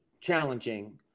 challenging